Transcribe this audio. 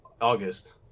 August